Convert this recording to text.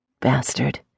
Bastard